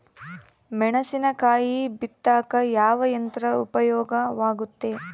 ಮೆಣಸಿನಕಾಯಿ ಬಿತ್ತಾಕ ಯಾವ ಯಂತ್ರ ಉಪಯೋಗವಾಗುತ್ತೆ?